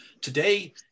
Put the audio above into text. Today